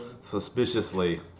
suspiciously